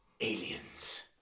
Aliens